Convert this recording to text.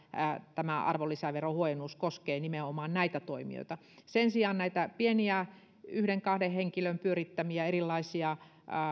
tämä arvonlisäverohuojennus koskee nimenomaan näitä toimijoita sen sijaan pieniä yhden kahden henkilön pyörittämiä erilaisia